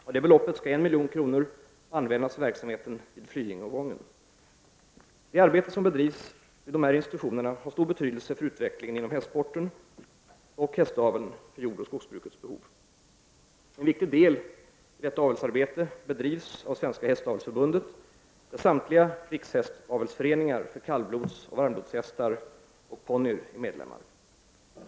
Av detta belopp skall 1 milj.kr. användas för verksamheten vid Flyinge och Wången. Det arbete som bedrivs vid dessa institutioner har stor betydelse för utvecklingen inom hästsporten och hästaveln för jordoch skogsbrukets behov. En viktig del i detta avelsarbete bedrivs av Svenska Hästavelsförbundet där samtliga rikshästavelsföreningar för kallblodsoch varmblodshästar och ponnyer är medlemmar.